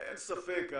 אין ספק,